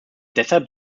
deshalb